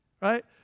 right